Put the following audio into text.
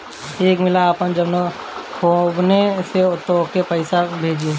एक मिला आपन फोन्वे से तोके पइसा भेजी